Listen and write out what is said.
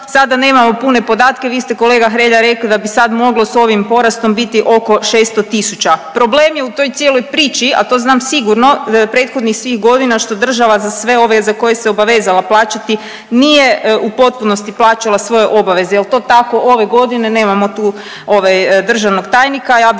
sada nemamo pune podatke, vi ste kolega Hrelja rekli da bi sad moglo s ovim porastom biti oko 600 tisuća. Problem je u toj cijeloj priči, a to znam sigurno prethodnih svih godina što država za sve ove za koje se obavezala plaćati nije u potpunosti plaćala svoje obaveze. Jel to tako ove godine nemamo tu ovaj državnog tajnika,